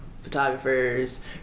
photographers